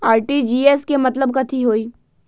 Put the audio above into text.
RTGS के मतलब कथी होइ?